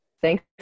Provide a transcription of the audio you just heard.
Thanks